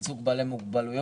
ייצוג בעלי מוגבלויות